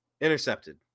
Intercepted